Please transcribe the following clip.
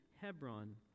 Hebron